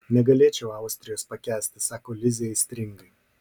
negalėčiau austrijos pakęsti sako lizė aistringai